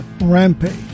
Rampage